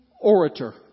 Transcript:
orator